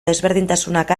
desberdintasunak